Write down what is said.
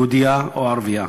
יהודייה או ערבייה.